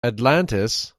atlantis